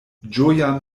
ĝojan